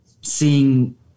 seeing